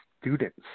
students